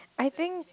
I think